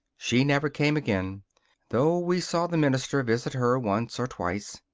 she never came again though we saw the minister visit her once or twice.